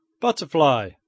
BUTTERFLY